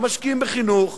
לא משקיעים בחינוך,